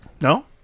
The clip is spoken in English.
No